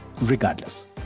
Regardless